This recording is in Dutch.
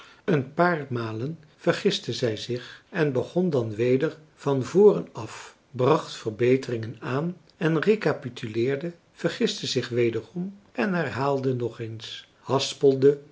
een paar malen vergiste zij zich en begon dan weder van voren af bracht verbeteringen aan en recapituleerde vergiste zich wederom en herhaalde nog eens haspelde